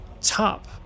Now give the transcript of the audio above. Top